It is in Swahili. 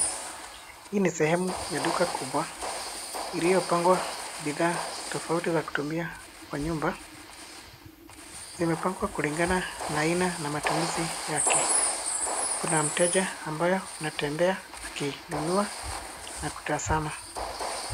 Hii ni sehemu ya duka kubwa iliyopangwa bidhaa tofauti za kutumia kwa nyumba. Zimepangwa kulingana na aina na matumizi yake. Kuna mteja ambaye anatembea akinunua na kutazama.